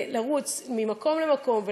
לרוץ ממקום למקום,